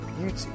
beauty